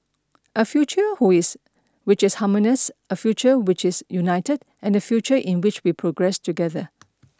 a future who is which is harmonious a future which is united and a future in which we progress together